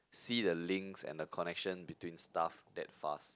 see the links and the connection between stuff that fast